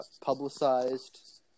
publicized